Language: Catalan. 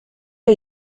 que